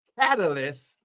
catalyst